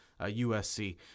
USC